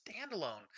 standalone